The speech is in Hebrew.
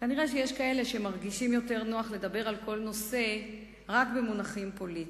כנראה יש כאלה שמרגישים יותר נוח לדבר על כל נושא רק במונחים פוליטיים.